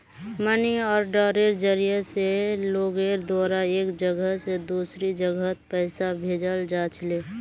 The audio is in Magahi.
मनी आर्डरेर जरिया स लोगेर द्वारा एक जगह स दूसरा जगहत पैसा भेजाल जा छिले